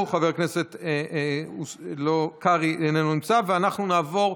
הוסרו, הוסרו, הוסרו.